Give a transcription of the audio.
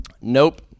Nope